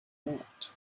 not